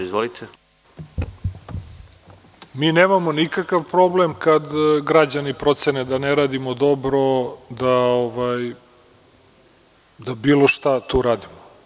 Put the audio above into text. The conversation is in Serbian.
Mi nemamo nikakav problem kada građani procene da ne radimo dobro, da bilo šta tu radimo.